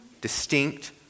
distinct